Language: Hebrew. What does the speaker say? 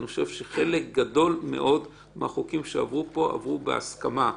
אני חושב שחלק גדול מאוד מהחוקים שעברו פה עברו בהסכמה.